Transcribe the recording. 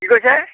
কি কৈছে